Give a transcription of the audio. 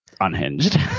unhinged